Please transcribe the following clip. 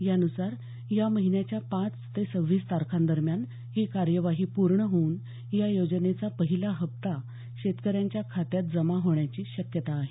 यानुसार या महिन्याच्या पाच ते सव्वीस तारखांदरम्यान ही कार्यवाही पूर्ण होऊन या योजनेचा पहिला हप्ता शेतकऱ्यांच्या खात्यात जमा होण्याची शक्यता आहे